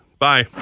Bye